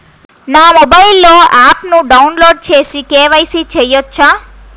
నా మొబైల్లో ఆప్ను డౌన్లోడ్ చేసి కే.వై.సి చేయచ్చా?